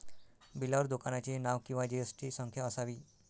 बिलावर दुकानाचे नाव किंवा जी.एस.टी संख्या असावी